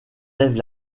lève